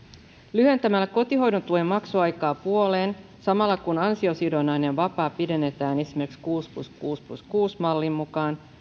lyhentämällä kotihoidon tuen maksuaikaa puoleen samalla kun ansiosidonnainen vapaa pidennetään esimerkiksi kuusi plus kuusi plus kuusi mallin mukaan